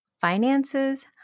finances